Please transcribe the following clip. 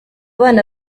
bana